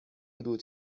بود